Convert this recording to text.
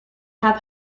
have